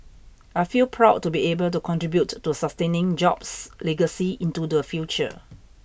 I feel proud to be able to contribute to sustaining Jobs' legacy into the future